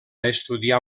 estudiar